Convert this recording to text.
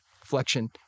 flexion